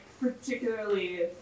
particularly